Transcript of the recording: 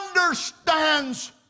understands